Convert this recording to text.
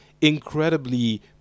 incredibly